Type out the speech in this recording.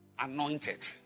anointed